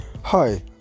Hi